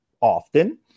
often